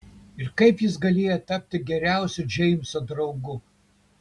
ir kaip jis galėjo tapti geriausiu džeimso draugu